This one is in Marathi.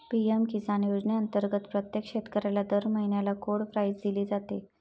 पी.एम किसान योजनेअंतर्गत प्रत्येक शेतकऱ्याला दर महिन्याला कोड प्राईज दिली जाते